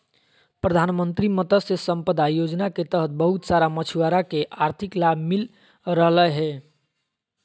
प्रधानमंत्री मत्स्य संपदा योजना के तहत बहुत सारा मछुआरा के आर्थिक लाभ मिल रहलय हें